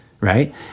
right